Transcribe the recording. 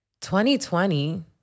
2020